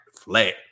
flat